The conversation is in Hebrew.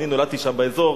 אני נולדתי שם באזור,